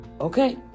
okay